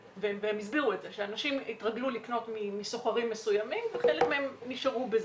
שאנשים התרגלו לקנות מסוחרים מסוימים וחלקם נשארו בזה.